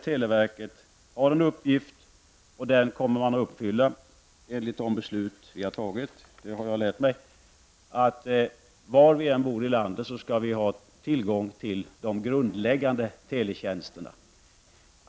Televerket har ålagts en uppgift som man kommer att uppfylla i enlighet med de beslut som har fattats. Var man än bor i landet skall man ha tillgång till de grundläggande teletjänsterna.